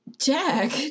Jack